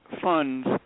funds